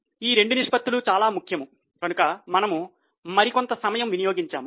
ఈ రెండు నిష్పత్తులు చాలా ముఖ్యం కనుక మనము మరికొంత సమయం వినియోగించాము